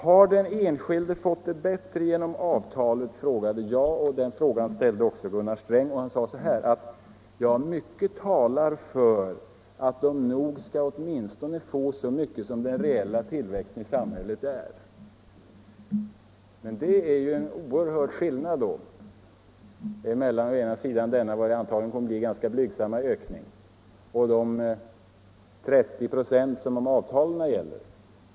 Har den enskilde fått det bättre genom avtalet, frågade jag. Den frågan ställde också Gunnar Sträng, och han svarade så här: Mycket talar för att löntagarna nog skall få åtminstone så mycket som den reella tillväxten i samhället är. Det är en oerhörd skillnad mellan å ena sidan denna ganska blygsamma ökning och å andra sidan de 30 96 som avtalen gäller.